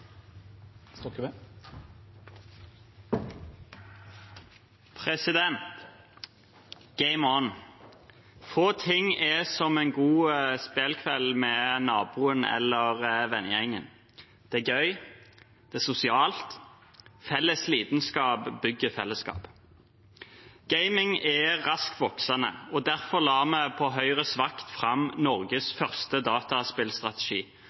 som en god spillkveld med naboen eller vennegjengen. Det er gøy, det er sosialt, og felles lidenskap bygger fellesskap. Gaming er raskt voksende, og derfor la vi på Høyres vakt fram Norges første dataspillstrategi,